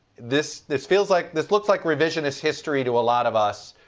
this this feels like, this looks like revisionist history to a lot of us.